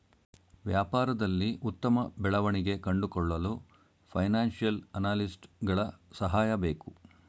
ವ್ಯಾಪಾರದಲ್ಲಿ ಉತ್ತಮ ಬೆಳವಣಿಗೆ ಕಂಡುಕೊಳ್ಳಲು ಫೈನಾನ್ಸಿಯಲ್ ಅನಾಲಿಸ್ಟ್ಸ್ ಗಳ ಸಹಾಯ ಬೇಕು